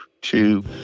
two